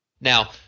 now